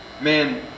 man